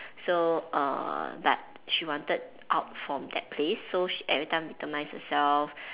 so uh but she wanted out from that place so she every time victimise herself